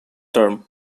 term